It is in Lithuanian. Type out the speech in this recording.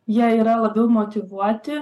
jie yra labiau motyvuoti